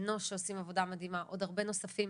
אנוש שעושים עבודה מדהימה ועוד הרבה נוספים.